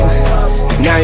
Now